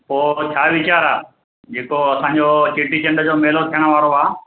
पोइ छा वीचारु आहे जेको असांजो चेटीचंड जो मेलो थियण वारो आहे